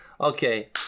okay